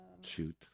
Shoot